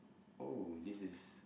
oh this is